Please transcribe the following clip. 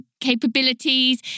capabilities